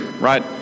right